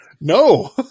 No